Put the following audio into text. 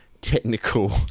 technical